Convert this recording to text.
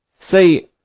say,